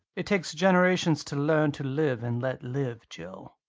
it takes generations to learn to live and let live, jill.